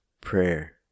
prayer